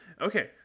okay